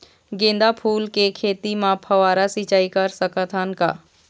गेंदा फूल के खेती म फव्वारा सिचाई कर सकत हन का?